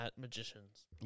magicians